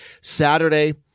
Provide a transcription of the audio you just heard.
Saturday